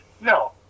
No